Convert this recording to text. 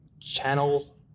channel